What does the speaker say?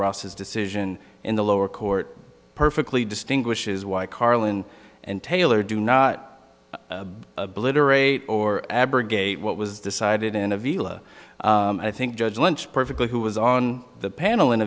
his decision in the lower court perfectly distinguishes why carlin and taylor do not obliterated or abrogate what was decided in a villa i think judge lynch perfectly who was on the panel in